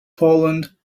poland